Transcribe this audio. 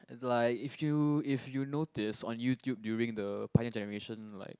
like if you if you noticed on YouTube during the Pioneer Generation like